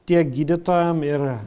tiek gydytojam ir